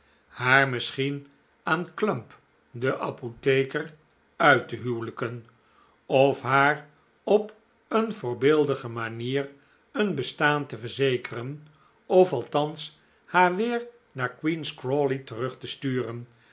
haar misschien aan clump den apotheker uit te huwelijken of haar op een voordeelige manier een bestaan te verzekeren of althans haar weer naar queen's crawley terug te sturen